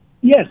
Yes